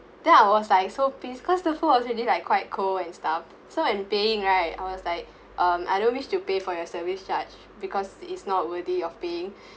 then I was like so pissed because the food was already like quite cold and stuff so I'm paying right I was like um I don't wish to pay for your service charge because it's not worthy of paying